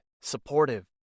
supportive